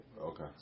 okay